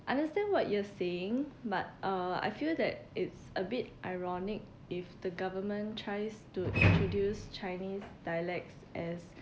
understand what you're saying but uh I feel that it's a bit ironic if the government tries to produce chinese dialects as